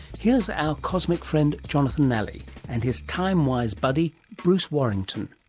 here's our cosmic friend jonathon nally and his time wise buddy bruce warrington.